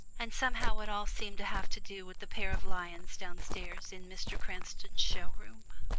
and somehow it all seemed to have to do with the pair of lions downstairs in mr. cranston's show-room!